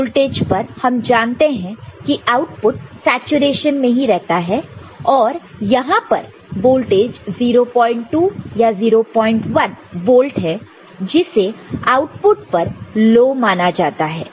तो इस वोल्टेज पर हम जानते हैं कि आउटपुट सैचुरेशन में रहता है और यहां पर वोल्टेज 02 या 01 वोल्ट है जिसे आउटपुट पर लो माना जाता है